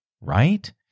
right